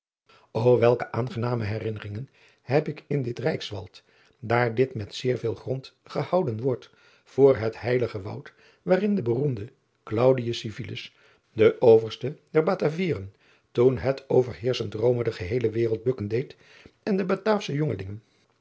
elke aangename herinneringen heb ik in dit ijkswald daar dit met zeer veel grond gehouden wordt voor het heilige woud waarin de beroemde de overste der atavieren toen het overheerschend ome de geheele wereld bukken deed driaan oosjes zn et leven van aurits ijnslager en de ataafsche jongelingen